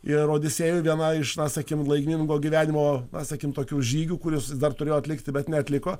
ir odisėjoj viena iš na sakykim laimingo gyvenimo na sakykim tokių žygių kuriuos dar turėjo atlikti bet neatliko